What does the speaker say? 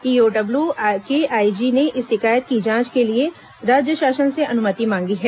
EOW के IG ने इस शिकायत की जांच के लिये राज्य शासन से अनुमति मांगी है